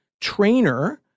trainer